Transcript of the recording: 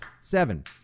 seven